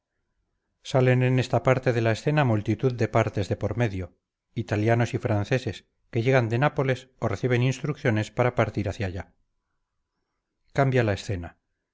salen en esta parte de la escena multitud de partes de por medio italianos y franceses que llegan de nápoles o reciben instrucciones para partir hacia allá cambia la escena